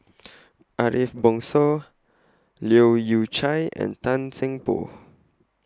Ariff Bongso Leu Yew Chye and Tan Seng Poh